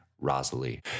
Rosalie